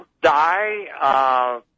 die